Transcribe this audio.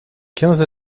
quinze